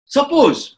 Suppose